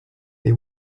they